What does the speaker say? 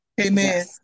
Amen